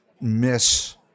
miss